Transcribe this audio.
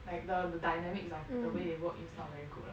like the dynamics of the way they work is not very good lah